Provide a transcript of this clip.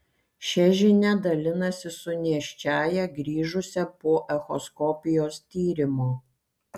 šia žinia dalinasi su nėščiąja grįžusia po echoskopijos tyrimo